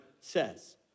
says